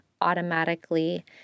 automatically